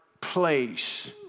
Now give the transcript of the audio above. place